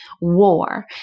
war